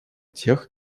тех